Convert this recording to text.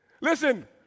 Listen